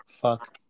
fuck